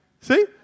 See